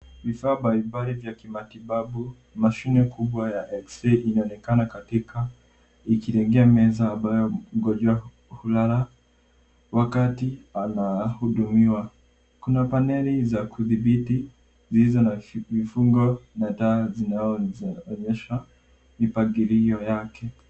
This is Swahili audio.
Vifaa mbalimbali vya kimatibabu. Mashine kubwa ya [vs] x-ray inaonekana katika ikiregea meza ambayo mgonjwa hulala wakati anahudumiwa. Kuna paneli za kudhibiti zilizo na vifungo na taa zinazoonyesha mipangilio yake.